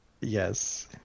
Yes